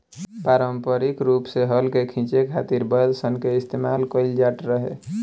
पारम्परिक रूप से हल के खीचे खातिर बैल सन के इस्तेमाल कईल जाट रहे